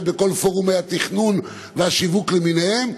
בכל פורומי התכנון והשיווק למיניהם,